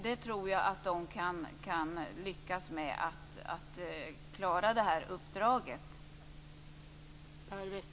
Jag tror också att de kan lyckas med det uppdraget.